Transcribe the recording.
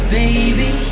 baby